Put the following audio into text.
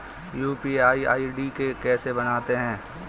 UPI ID कैसे बनाते हैं?